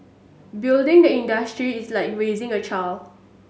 building the industry is like raising a child